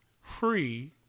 free